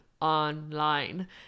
online